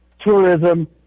tourism